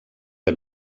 que